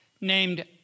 named